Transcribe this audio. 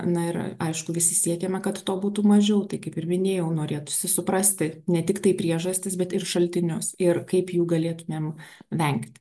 na ir aišku visi siekiama kad to būtų mažiau tai kaip ir minėjau norėtųsi suprasti ne tiktai priežastis bet ir šaltinius ir kaip jų galėtumėm vengti